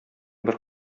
бер